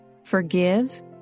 Forgive